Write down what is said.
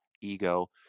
ego